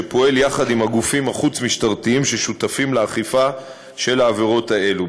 שפועל יחד עם הגופים החוץ-משטרתיים ששותפים לאכיפה בעבירות האלה.